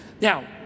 Now